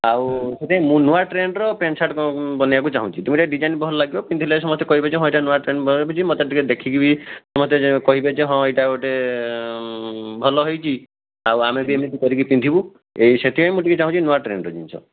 ଆଉ ସେଥିପାଇଁ ମୁଁ ନୂଆ ଟ୍ରେଣ୍ଡର ପ୍ୟାଣ୍ଟ୍ ସାର୍ଟ୍ ବନାଇବାକୁ ଚାହୁଁଛି ଦୁଇରେ ଡିଜାଇନ୍ ଭଲ ଲାଗିବ ପିନ୍ଧିଲେ ସମସ୍ତେ କହିବେ ଯେ ହଁ ଏଇଟା ନୂଆ ଟ୍ରେଣ୍ଡ ଭଲ ଲାଗୁଛି ମୋତେ ଟିକିଏ ଦେଖିକି ବି ସମସ୍ତେ କହିବେ ଯେ ହଁ ଏଇଟା ଗୋଟେ ଭଲ ହେଇଛି ଆଉ ଆମେ ବି ଏମିତି କରିକି ପିନ୍ଧିବୁ ଏଇ ସେଥିପାଇଁ ମୁଁ ଟିକିଏ ଚାହୁଁଛି ନୂଆ ଟ୍ରେଣ୍ଡର ଜିନିଷ